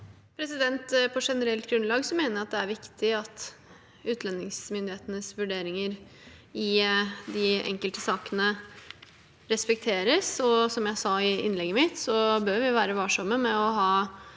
På et generelt grunnlag mener jeg det er viktig at utlendingsmyndighetenes vurderinger i de enkelte sakene respekteres. Som jeg sa i innlegget mitt, bør vi være varsomme med å ha